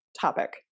topic